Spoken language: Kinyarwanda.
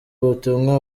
ubutumwa